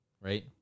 Right